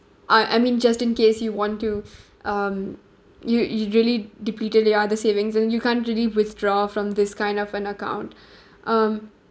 uh I mean just in case you want to um you you really depleted the other savings and you can't really withdraw from this kind of an account um